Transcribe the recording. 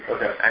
Okay